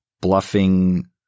bluffing